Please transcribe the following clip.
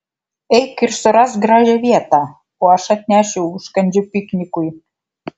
eik ir surask gražią vietą o aš atnešiu užkandžių piknikui